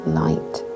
light